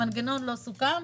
המנגנון לא סוכם,